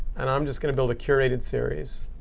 and i'm just going to build a curated series.